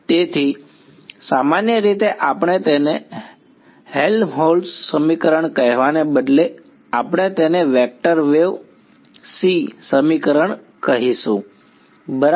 તેથી સામાન્ય રીતે આપણે તેને હેલ્મહોલ્ટ્ઝ સમીકરણ કહેવાને બદલે આપણે તેને વેક્ટર વેવ c સમીકરણ કહીશું બરાબર